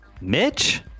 Mitch